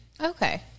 Okay